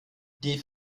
die